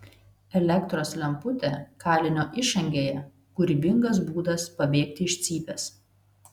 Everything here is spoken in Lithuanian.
elektros lemputė kalinio išangėje kūrybingas būdas pabėgti iš cypės